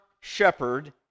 shepherd